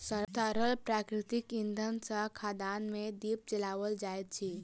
तरल प्राकृतिक इंधन सॅ खदान मे दीप जराओल जाइत अछि